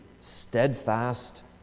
steadfast